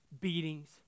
beatings